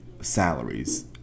salaries